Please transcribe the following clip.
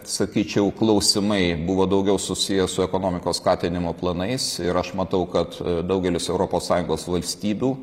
sakyčiau klausimai buvo daugiau susiję su ekonomikos skatinimo planais ir aš matau kad daugelis europos sąjungos valstybių